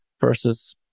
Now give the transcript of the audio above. versus